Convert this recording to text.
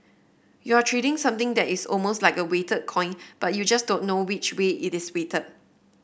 you're trading something that is almost like a weighted coin but you just don't know which way it is weighted